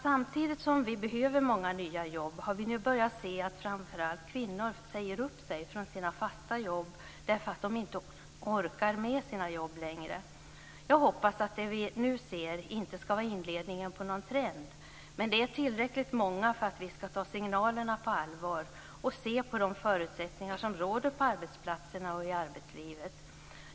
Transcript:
Samtidigt som vi behöver många nya jobb har vi nu börjat se att framför allt kvinnor säger upp sig från sina fasta jobb därför att de inte orkar med dem längre. Jag hoppas att det vi nu ser inte ska vara inledningen på någon trend, men det handlar om tillräckligt många för att vi ska ta signalerna på allvar och se på de förutsättningar som råder på arbetsplatserna och i arbetslivet.